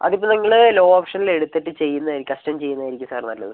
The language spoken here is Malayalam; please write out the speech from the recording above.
അതിപ്പം നിങ്ങൾ ലോ ഓപ്ഷനിൽ എടുത്തിട്ട് ചെയ്യുന്ന കസ്റ്റം ചെയ്യുന്നതായിരിക്കും സാർ നല്ലത്